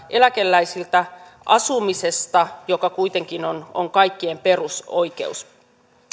eläkeläisiltä asumisesta joka kuitenkin on on kaikkien perusoikeus